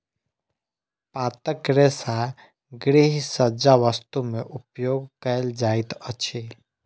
पातक रेशा गृहसज्जा वस्तु में उपयोग कयल जाइत अछि